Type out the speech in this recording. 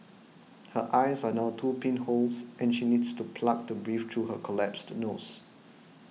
her eyes are now two pinholes and she needs to plugs to breathe through her collapsed nose